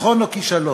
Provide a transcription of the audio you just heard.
ניצחון או כישלון.